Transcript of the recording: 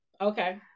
Okay